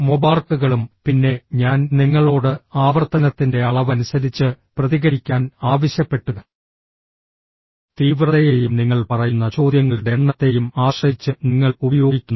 മൊബാർക്കുകളും പിന്നെ ഞാൻ നിങ്ങളോട് ആവർത്തനത്തിന്റെ അളവ് അനുസരിച്ച് പ്രതികരിക്കാൻ ആവശ്യപ്പെട്ടു തീവ്രതയെയും നിങ്ങൾ പറയുന്ന ചോദ്യങ്ങളുടെ എണ്ണത്തെയും ആശ്രയിച്ച് നിങ്ങൾ ഉപയോഗിക്കുന്നു